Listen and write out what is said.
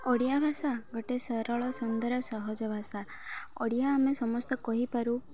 ଓଡ଼ିଆ ଭାଷା ଗୋଟେ ସରଳ ସୁନ୍ଦର ଓ ସହଜ ଭାଷା ଓଡ଼ିଆ ଆମେ ସମସ୍ତେ କହିପାରୁ